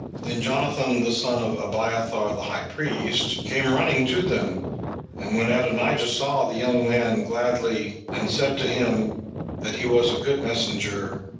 then jonathan, the son of abiathar the high priest, came running to them and when adonijah saw the young man gladly, and said to him that he was a good messenger,